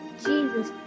Jesus